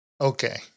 Okay